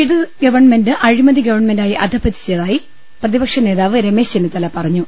ഇടത് ഗവൺമെന്റ് അഴിമതി ഗവൺമെന്റായി അധഃപതിച്ചതായി പ്രതി പക്ഷ നേതാവ് രമേശ് ചെന്നിത്തല പറഞ്ഞു